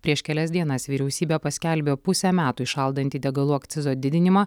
prieš kelias dienas vyriausybė paskelbė pusę metų įšaldantį degalų akcizo didinimą